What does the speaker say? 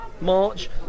March